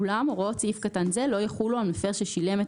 אולם הוראות סעיף קטן זה לא יחולו על מפר ששילם את